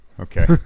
Okay